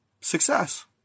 success